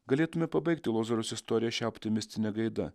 galėtume pabaigti lozoriaus istoriją šia optimistine gaida